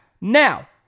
now